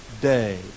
day